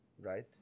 right